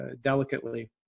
delicately